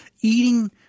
Eating